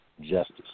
justice